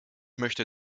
möchte